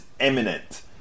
imminent